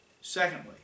secondly